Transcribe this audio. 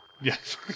Yes